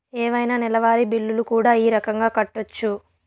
ఏవైనా నెలవారి బిల్లులు కూడా ఈ రకంగా కట్టొచ్చు